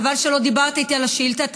חבל שלא דיברת איתי על השאילתה.